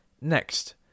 Next